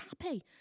happy